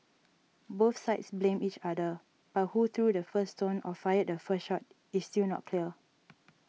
both sides blamed each other but who threw the first stone or fired the first shot is still not clear